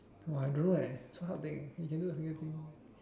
ah I don't know eh so hard think you can do a single thing